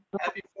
Happy